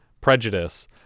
prejudice